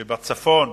זה שבצפון,